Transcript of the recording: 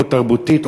או תרבותית,